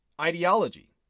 ideology